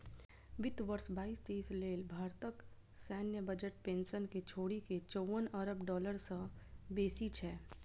वित्त वर्ष बाईस तेइस लेल भारतक सैन्य बजट पेंशन कें छोड़ि के चौवन अरब डॉलर सं बेसी छै